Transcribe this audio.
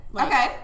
Okay